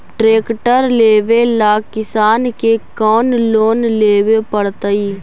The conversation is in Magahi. ट्रेक्टर लेवेला किसान के कौन लोन लेवे पड़तई?